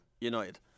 United